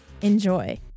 Enjoy